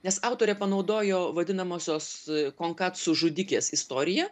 nes autorė panaudojo vadinamosios konkatsu žudikės istoriją